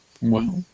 Wow